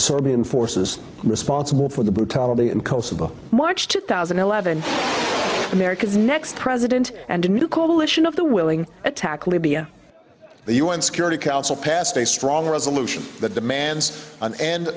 serbia and forces responsible for the brutality in kosovo march two thousand and eleven america's next president and a new coalition of the willing attack libya the u n security council passed a strong resolution that demands an end